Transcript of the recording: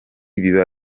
biba